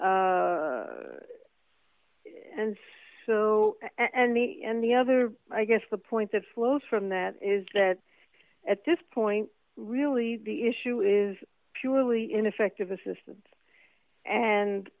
and and so and the in the other i guess the point that flows from that is that at this point really the issue is purely ineffective assistance and